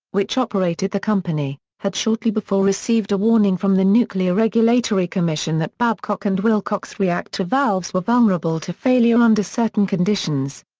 which operated the company, had shortly before received a warning from the nuclear regulatory commission that babcock and wilcox reactor valves were vulnerable to failure under certain conditions.